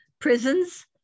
prisons